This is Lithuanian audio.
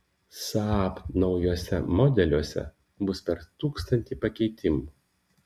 saab naujuose modeliuose bus per tūkstantį pakeitimų